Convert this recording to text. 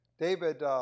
David